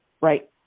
Right